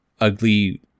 ugly